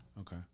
Okay